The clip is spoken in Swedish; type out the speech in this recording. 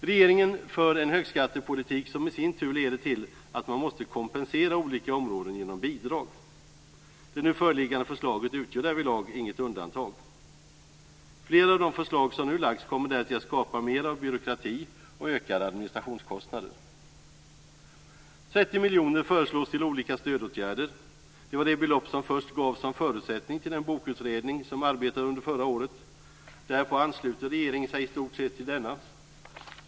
Regeringen för en högskattepolitik, som i sin tur leder till att man måste kompensera olika områden genom bidrag. Det nu föreliggande förslaget utgör därvidlag inget undantag. Flera av de förslag som nu lagts fram kommer därtill att skapa mera av byråkrati och ökade administrationskostnader. 30 miljoner föreslås till olika stödåtgärder. Det var det belopp som först gavs som förutsättning till den bokutredning som arbetade under förra året. Därpå ansluter regeringen sig i stort sett till denna.